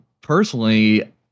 Personally